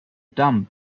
dumb